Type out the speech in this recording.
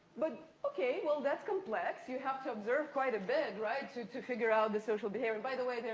but, okay, well that's complex. you have to observe quite a bit, right? to to figure out the social behavior. by the way,